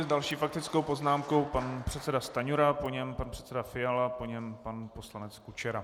S další faktickou poznámkou pan předseda Stanjura, po něm pan předseda Fiala, po něm pan poslanec Kučera.